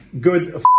Good